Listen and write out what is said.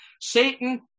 Satan